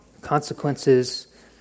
Consequences